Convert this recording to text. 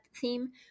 theme